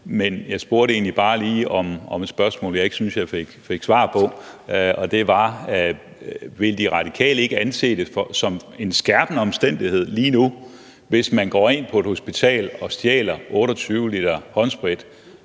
men jeg spurgte egentlig bare lige om noget, som jeg ikke syntes jeg fik et svar på, nemlig om De Radikale ikke vil anse det som en skærpende omstændighed lige nu, hvis man går ind på et hospital og stjæler 28 l håndsprit,